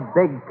big